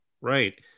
right